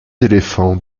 éléphants